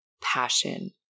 passion